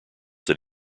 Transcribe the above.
that